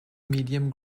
medium